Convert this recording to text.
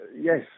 Yes